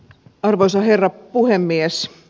arvoisa herra puhemies